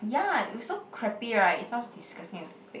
ya it was so crappy right it sounds disgusting and fake